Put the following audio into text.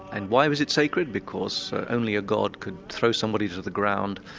and why was it sacred? because only a god could throw somebody to the ground,